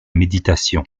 méditation